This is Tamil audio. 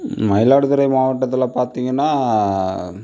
மயிலாடுதுறை மாவட்டத்தில் பார்த்திங்கன்னா